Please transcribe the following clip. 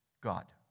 God